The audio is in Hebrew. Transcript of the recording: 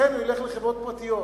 לכן הוא ילך לחברות פרטיות.